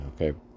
okay